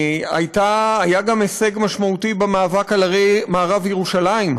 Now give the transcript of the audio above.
היה גם הישג משמעותי במאבק על הרי מערב ירושלים,